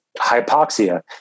hypoxia